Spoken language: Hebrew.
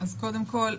קודם כל,